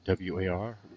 WAR